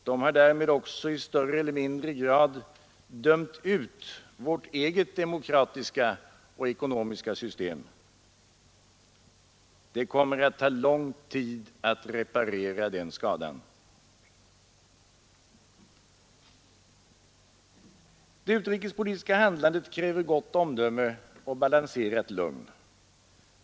De har därmed också i större eller mindre grad dömt ut vårt eget demokratiska och ekonomiska system. Det kommer att ta lång tid att reparera den skadan. Det utrikespolitiska handlandet kräver gott omdöme och balanserat lugn.